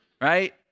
right